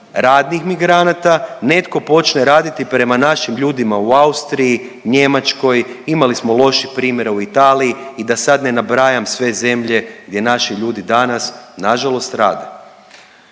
radnih migranata, netko počne raditi prema našim ljudima u Austriji, Njemačkoj, imali smo loših primjera u Italiji i da sad ne nabrajam sve zemlje gdje naši ljudi danas nažalost rade.